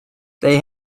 they